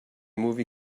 movie